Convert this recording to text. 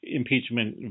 impeachment